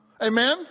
Amen